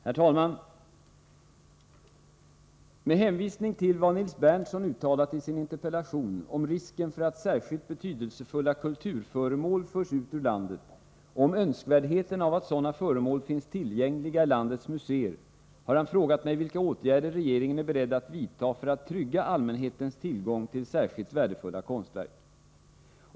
Herr talman! Med hänvisning till vad Nils Berndtson uttalat i sin interpellation om risken för att särskilt betydelsefulla kulturföremål förs ut ur landet och om önskvärdheten av att sådana föremål finns tillgängliga i landets museer, har han frågat mig vilka åtgärder regeringen är beredd att vidta för att trygga allmänhetens tillgång till särskilt värdefulla konstverk.